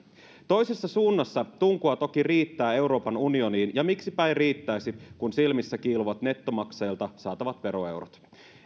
toisessa suunnassa tunkua toki riittää euroopan unioniin ja miksipä ei riittäisi kun silmissä kiiluvat nettomaksajilta saatavat veroeurot eu